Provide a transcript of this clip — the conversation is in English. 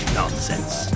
nonsense